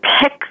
pick